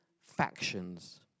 factions